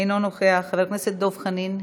אינו נוכח, חבר הכנסת דב חנין,